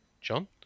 John